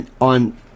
on